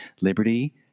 Liberty